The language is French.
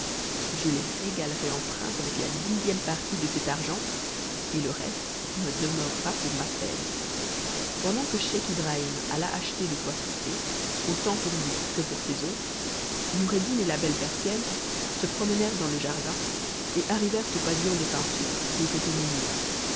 je les régalerai en princes avec la dixième partie de cet argent et le reste me demeurera pour ma peine pendant que scheich ibrahim alla acheter de quoi souper autant pour que pour ses hôtes noureddin et la belle persienne se promenèrent dans le jardin et arrivèrent au pavillon des peintures qui était au milieu